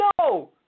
No